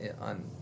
on